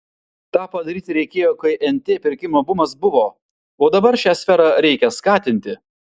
tą padaryti reikėjo kai nt pirkimo bumas buvo o dabar šią sferą reikia skatinti